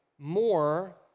more